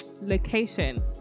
location